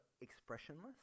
expressionless